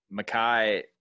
Makai